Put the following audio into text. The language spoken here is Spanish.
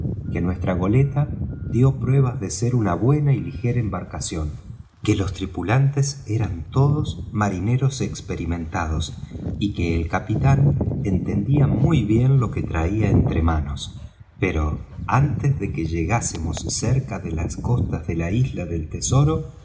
que nuestra goleta dió pruebas de ser una buena y ligera embarcación que los tripulantes eran todos marineros experimentados y que el capitán entendía muy bien lo que traía entre manos pero antes de que llegá semos cerca de las costas de la isla del tesoro